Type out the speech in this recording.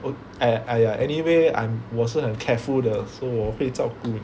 ya w~ !aiya! anyway I'm 我是很 careful 的 so 我会照顾你